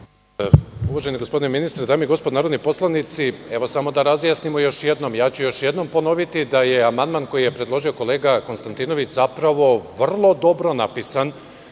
Uvaženi gospodine ministre, dame i gospodo narodni poslanici, evo, samo da razjasnimo još jednom. Još jednom ću ponoviti da je amandman koji je predložio kolega Konstantinović, zapravo, vrlo dobro napisan,